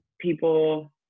people